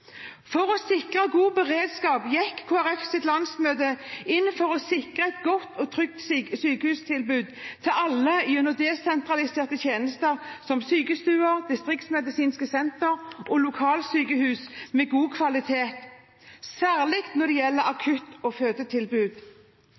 For å sikre god beredskap gikk Kristelig Folkepartis landsmøte inn for å sikre et godt og trygt sykehustilbud for alle, gjennom desentraliserte tjenester som sykestue, distriktsmedisinske senter og lokalsykehus med god kvalitet, særlig når det gjelder akutt- og fødetilbud.